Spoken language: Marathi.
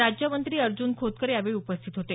राज्यमंत्री अर्जून खोतकर यावेळी उपस्थित होते